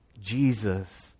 Jesus